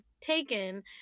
taken